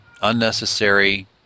unnecessary